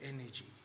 energy